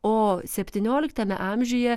o septynioliktame amžiuje